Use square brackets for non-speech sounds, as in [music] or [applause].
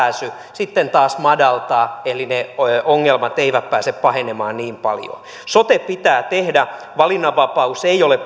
sitten taas madaltaa eli ne ongelmat eivät pääse pahenemaan niin paljoa sote pitää tehdä valinnanvapaus ei ole [unintelligible]